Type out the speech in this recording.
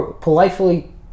politely